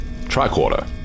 Tricorder